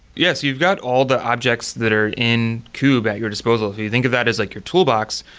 yes, you've got all the objects that are in kube at your disposal. you think of that as like your toolbox.